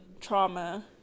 trauma